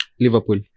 Liverpool